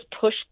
push